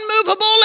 unmovable